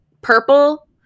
Purple